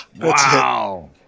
Wow